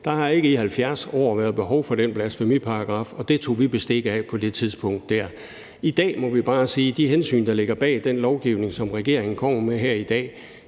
Der har ikke i 70 år været behov for den blasfemiparagraf, og det tog vi bestik af på det tidspunkt. I dag må vi bare sige, at de hensyn, der ligger bag den lovgivning, som regeringen kommer med her i dag,